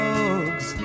Dogs